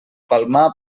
palmar